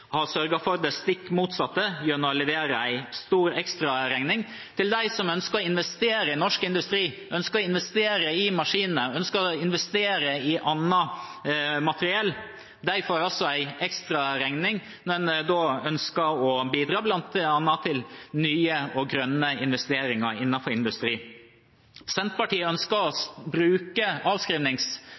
har sørget for det stikk motsatte gjennom å levere en stor ekstraregning til dem som ønsker å investere i norsk industri, investere i maskiner, investere i annet materiell. De får altså en ekstraregning, men ønsker å bidra bl.a. til nye og grønne investeringer i industrien. Senterpartiet ønsker å bruke